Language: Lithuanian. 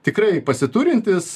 tikrai pasiturintis